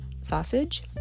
sausage